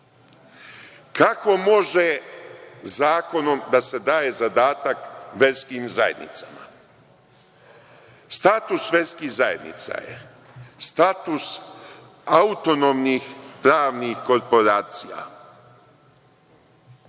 može zakonom da se daje zadatak verskim zajednicama? Status verskih zajednica je status autonomnih pravnih korporacija